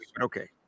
okay